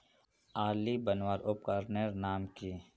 आली बनवार उपकरनेर नाम की?